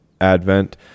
Advent